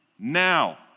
Now